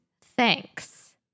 thanks